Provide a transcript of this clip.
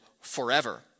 forever